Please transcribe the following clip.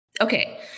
Okay